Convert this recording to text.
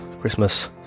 Christmas